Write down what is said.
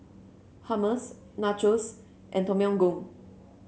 Hummus Nachos and Tom Yam Goong